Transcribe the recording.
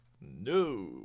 No